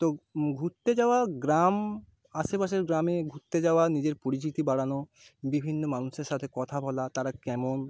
তো ঘুরতে যাওয়া গ্রাম আশেপাশের গ্রামে ঘুরতে যাওয়া নিজের পরিচিতি বাড়ানো বিভিন্ন মানুষের সাথে কথা বলা তারা কেমন